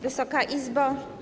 Wysoka Izbo!